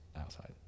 outside